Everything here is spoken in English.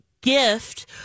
gift